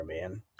man